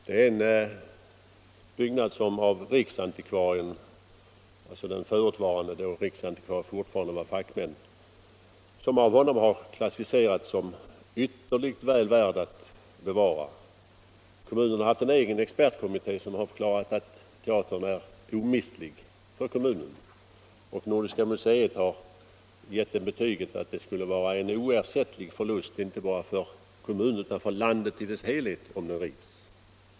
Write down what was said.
Det är en byggnad som av riksantikvarien — den förutvarande, då riksantikvarien fortfarande var en fackman — klassificerats som ytterligt väl värd att bevara. Kommunen har haft en egen expertkommitté som förklarat att teatern är omistlig för kommunen. Nordiska museet har gett den betyget att det skulle vara en oersättlig förlust inte bara för kommunen utan för landet i dess helhet om den revs.